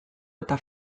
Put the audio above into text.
eta